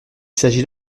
s’agit